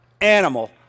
animal